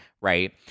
right